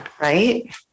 Right